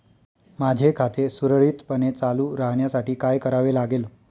माझे खाते सुरळीतपणे चालू राहण्यासाठी काय करावे लागेल?